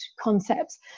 concepts